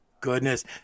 goodness